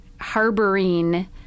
harboring